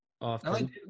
often